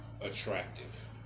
attractive